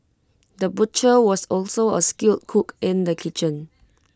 the butcher was also A skilled cook in the kitchen